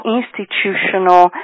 institutional